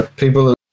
People